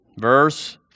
Verse